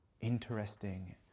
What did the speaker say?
interesting